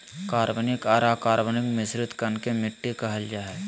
कार्बनिक आर अकार्बनिक मिश्रित कण के मिट्टी कहल जा हई